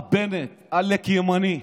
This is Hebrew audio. מר בנט, עלק ימני,